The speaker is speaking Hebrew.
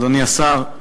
אדוני השר,